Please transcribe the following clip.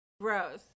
gross